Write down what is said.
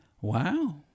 Wow